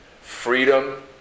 Freedom